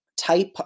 type